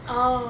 orh